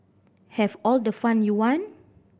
have all the fun you want